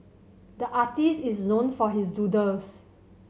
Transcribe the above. the artist is known for his doodles